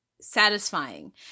satisfying